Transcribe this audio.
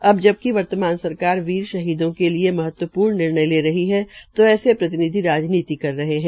अब जबकि वर्तमान सरकार वीर शहीदों के लिए महत्वपूर्ण निर्णय ले रही है तो ऐसे प्रतिनिधि राजनीति कर रहे है